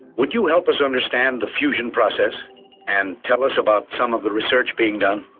would you help us understand the fusion process and tell us about some of the research being done?